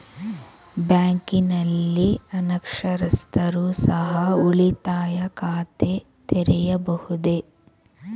ಬ್ಯಾಂಕಿನಲ್ಲಿ ಅನಕ್ಷರಸ್ಥರು ಸಹ ಉಳಿತಾಯ ಖಾತೆ ತೆರೆಯಬಹುದು?